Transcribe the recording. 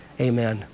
amen